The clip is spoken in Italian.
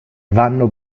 vanno